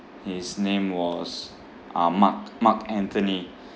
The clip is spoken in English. his name was uh mark mark anthony